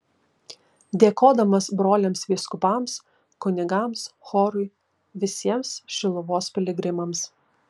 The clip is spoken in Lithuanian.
dėkodamas broliams vyskupams kunigams chorui visiems šiluvos piligrimams